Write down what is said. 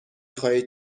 خواهید